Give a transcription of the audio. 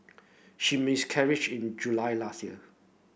she miscarriage in July last year